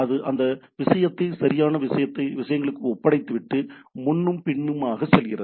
அது அந்த விஷயத்தை சரியான விஷயங்களுக்கு ஒப்படைத்துவிட்டு முன்னும் பின்னுமாக செல்கிறது